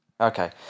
Okay